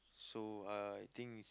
so uh I think is